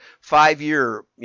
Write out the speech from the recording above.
five-year